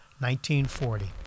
1940